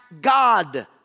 God